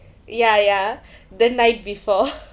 ya ya the night before